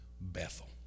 Bethel